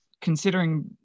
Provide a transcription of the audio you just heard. considering